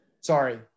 Sorry